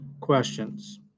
questions